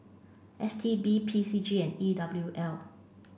S T B P C G and E W L